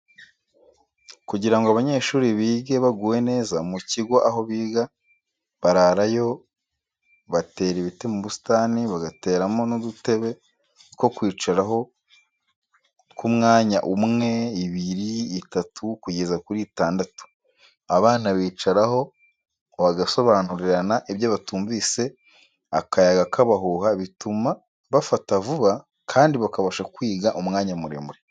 Kugira ngo abanyeshuri bige baguwe neza, mu kigo aho biga bararayo batera ibiti mu busitani, bagateramo n'udutebe two kwicaraho tw'umwanya umwe, ibiri, itatu kugeza kuri itandatu; abana bicaraho bagasobanurirana ibyo batumvise akayaga kabahuha, bituma bafata vuba kandi bakabasha kwiga umwanya muremure.